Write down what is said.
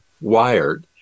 wired